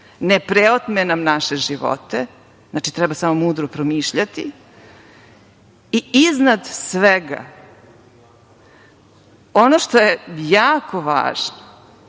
ne preotme nam naše živote, znači treba samo mudro promišljati, i iznad svega ono što je jako važno